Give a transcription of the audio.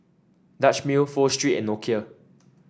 Dutch Mill Pho Street and Nokia